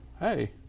hey